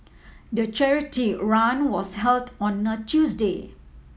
the charity run was held on a Tuesday